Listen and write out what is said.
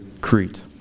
Crete